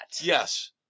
Yes